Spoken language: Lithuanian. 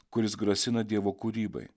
kuris grasina dievo kūrybai